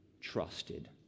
trusted